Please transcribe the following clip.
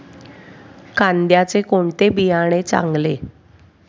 कांद्याचे कोणते बियाणे चांगले?